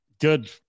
good